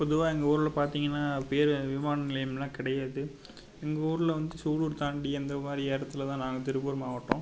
பொதுவாக எங்கள் ஊரில் பார்த்தீங்கன்னா பேர் விமான நிலையம்லாம் கிடையாது எங்கள் ஊரில் வந்து சூலூர் தாண்டி அந்த மாதிரி இடத்துலதான் நாங்கள் திருப்பூர் மாவட்டம்